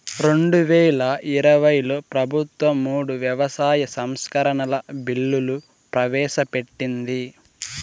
రెండువేల ఇరవైలో ప్రభుత్వం మూడు వ్యవసాయ సంస్కరణల బిల్లులు ప్రవేశపెట్టింది